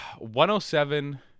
107